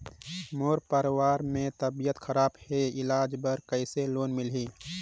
मोर परवार मे तबियत खराब हे इलाज बर कइसे लोन मिलही?